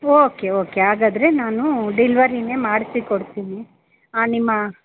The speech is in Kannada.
ಓಕೆ ಓಕೆ ಹಾಗಾದ್ರೆ ನಾನೂ ಡಿಲ್ವರಿನೇ ಮಾಡಿಸಿಕೊಡ್ತೀನಿ ನಿಮ್ಮ